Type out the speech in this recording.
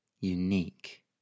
unique